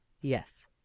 yes